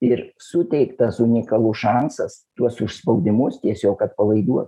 ir suteiktas unikalus šansas tuos užspaudimus tiesiog atpalaiduot